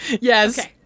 Yes